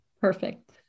Perfect